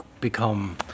become